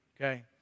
okay